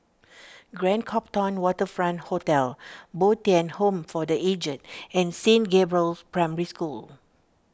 Grand Copthorne Waterfront Hotel Bo Tien Home for the Aged and Saint Gabriel's Primary School